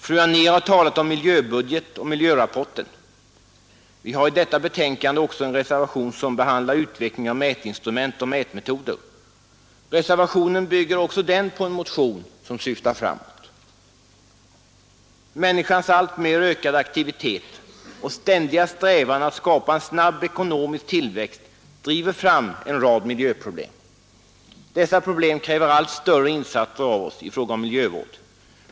Fru Anér har talat om miljöbudget och miljörapporten. Vi har i detta betänkande också en reservation som behandlar utveckling av mätinstrument och mätmetoder. Reservationen bygger på en motion som syftar framåt. Människans alltmer ökande aktivitet och ständiga strävan att skapa en snabb ekonomisk tillväxt driver fram en rad miljöproblem. Dessa probiem kräver allt större insatser av oss i fråga om miljövård.